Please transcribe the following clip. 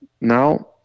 Now